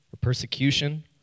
persecution